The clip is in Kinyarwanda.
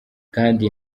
kandi